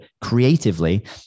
creatively